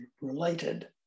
related